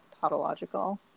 tautological